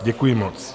Děkuji moc.